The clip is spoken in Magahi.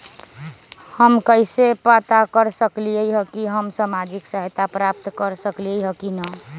हम कैसे पता कर सकली ह की हम सामाजिक सहायता प्राप्त कर सकली ह की न?